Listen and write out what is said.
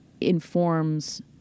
informs